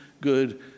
good